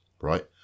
Right